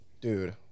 Dude